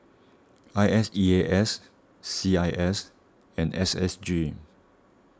I S E A S C I S and S S G